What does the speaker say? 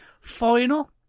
Final